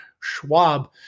Schwab